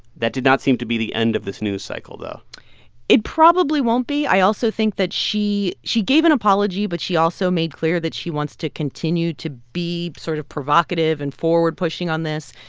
that did not seem to be the end of this news cycle, though it probably won't be. i also think that she she gave an apology, but she also made clear that she wants to continue to be sort of provocative and forward-pushing on this.